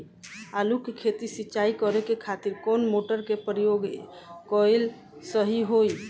आलू के खेत सिंचाई करे के खातिर कौन मोटर के प्रयोग कएल सही होई?